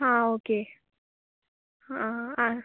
हां ओके हां आं